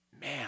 man